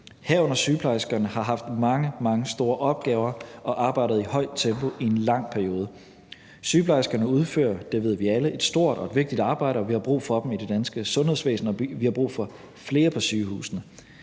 herunder sygeplejerskerne, har haft mange, mange store opgaver og arbejdet i et højt tempo i en lang periode. Sygeplejerskerne udfører – det ved vi alle – et stort og vigtigt arbejde, og vi har brug for dem i det danske sundhedsvæsen, og vi har brug for flere på sygehusene.